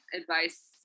advice